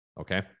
Okay